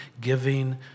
giving